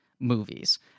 movies